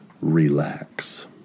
RELAX